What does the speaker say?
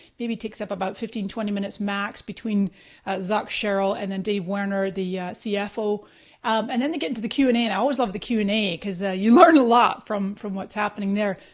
maybe takes up about fifteen, twenty minutes max between zuck, sheryl and then dave wehner, the cfo and then they get into the q and a and i always love the q and a a cause you learn a lot from from what's happening there.